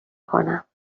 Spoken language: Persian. کنم